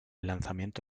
lanzamiento